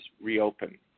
reopen